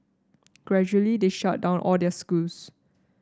gradually they shut down all their schools